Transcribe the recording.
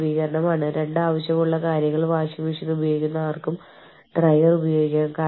ലോകമെമ്പാടുമുള്ള എല്ലാ ജീവനക്കാർക്കും ഐഡന്റിഫിക്കേഷൻ നമ്പറുകൾ നൽകുന്നു കൂടാതെ ഇവ സ്റ്റാൻഡേർഡ് ചെയ്യാനുള്ള ഒരു മാർഗവും